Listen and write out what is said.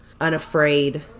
unafraid